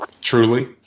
Truly